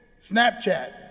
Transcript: Snapchat